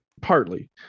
Partly